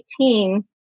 2018